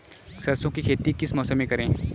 सरसों की खेती किस मौसम में करें?